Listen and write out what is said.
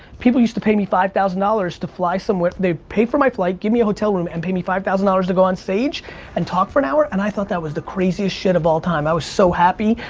people used to pay me five thousand dollars to fly somewhere. they'd pay for my flight, give me a hotel room and pay me five thousand dollars to go on stage and talk for an hour. and i thought that was the craziest shit of all time. i was so happy.